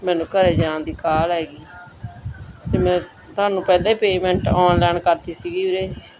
ਮੈਨੂੰ ਘਰ ਜਾਣ ਦੀ ਕਾਹਲੀ ਹੈਗੀ ਅਤੇ ਮੈਂ ਤੁਹਾਨੂੰ ਪਹਿਲਾਂ ਹੀ ਪੇਮੈਂਟ ਔਨਲਾਈਨ ਕਰਤੀ ਸੀਗੀ ਵੀਰੇ